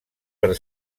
per